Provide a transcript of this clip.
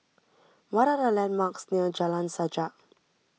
what are the landmarks near Jalan Sajak